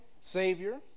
Savior